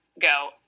go